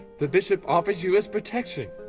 the bishop offers you his protection.